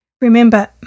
Remember